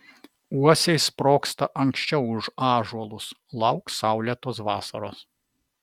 uosiai sprogsta anksčiau už ąžuolus lauk saulėtos vasaros